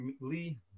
Lee